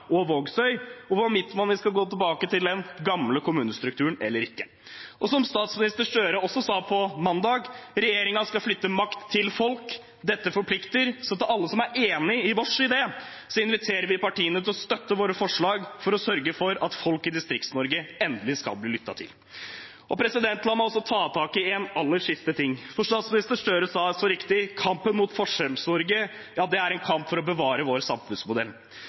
og Vågsøy om hvorvidt man skal gå tilbake til den gamle kommunestrukturen eller ikke. Som statsminister Gahr Støre også sa på mandag: «Regjeringen skal flytte makt til vanlige folk.» Dette forplikter. Så til alle som er enig med oss i det, inviterer vi partiene til å støtte våre forslag for å sørge for at folk i Distrikts-Norge endelig skal bli lyttet til. La meg også ta tak i en aller siste ting. Statsminister Gahr Støre sa så riktig: «Kampen mot Forskjells-Norge er en kamp for å bevare vår samfunnsmodell.»